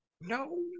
No